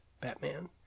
Batman